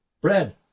Bread